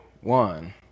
one